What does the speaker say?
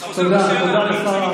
אז נשאלת השאלה האם זה מידתי.